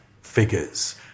figures